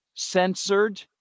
Censored